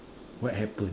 what happened